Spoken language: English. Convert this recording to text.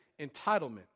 entitlement